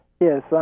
Yes